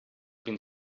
been